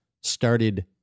started